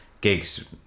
gigs